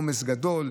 עומס גדול,